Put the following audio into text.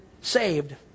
saved